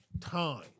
time